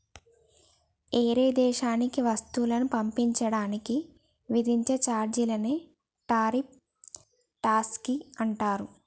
ఏరే దేశానికి వస్తువులను పంపించడానికి విధించే చార్జీలనే టారిఫ్ ట్యాక్స్ అంటారు